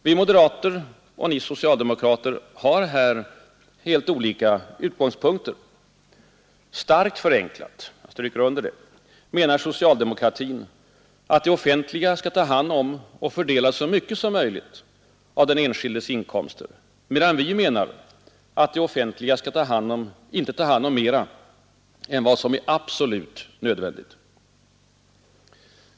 Vi moderater och ni socialdemokrater har här helt olika utgångspunkter. Starkt förenklat — jag stryker under det — menar socialdemokratin, att det offentliga skall ta hand om och fördela så mycket som möjligt av den enskildes inkomster, medan vi menar att det offentliga inte skall ta hand om mer än vad som är absolut nödvändigt.